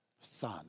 Son